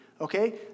okay